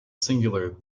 singular